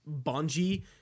Bungie